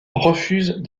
refuse